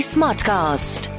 Smartcast